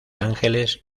ángeles